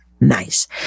nice